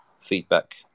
feedback